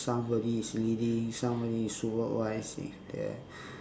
somebody is leading somebody is supervising yeah